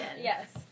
Yes